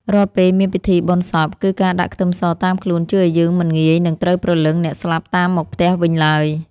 រាល់ពេលមានពិធីបុណ្យសពគឺការដាក់ខ្ទឺមសតាមខ្លួនជួយឱ្យយើងមិនងាយនឹងត្រូវព្រលឹងអ្នកស្លាប់តាមមកផ្ទះវិញឡើយ។